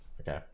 Okay